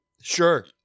Sure